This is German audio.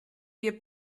wir